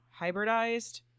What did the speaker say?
hybridized